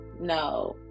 no